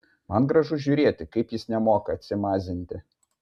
man gražu žiūrėti kaip jis nemoka atsimazinti